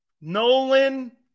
Nolan